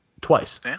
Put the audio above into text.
twice